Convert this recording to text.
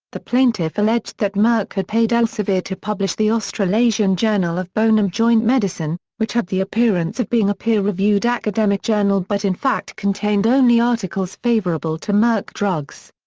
the plaintiff alleged that merck had paid elsevier to publish the australasian journal of bone and joint medicine, which had the appearance of being a peer-reviewed academic journal but in fact contained only articles favourable to merck drugs.